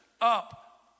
up